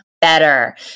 better